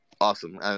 Awesome